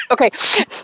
Okay